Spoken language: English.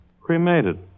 Cremated